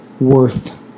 worth